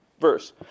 verse